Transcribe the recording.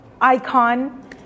icon